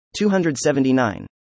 279